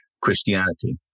Christianity